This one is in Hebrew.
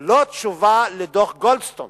לא תשובה לדוח-גולדסטון